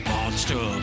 Monster